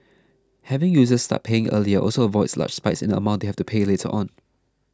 having users start paying earlier also avoids large spikes in the amount they have to pay later on